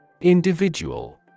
Individual